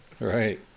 right